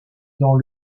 dans